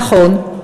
נכון,